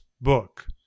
book